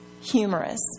humorous